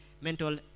mental